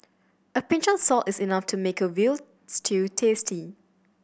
a pinch of salt is enough to make a veal stew tasty